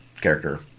character